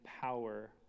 power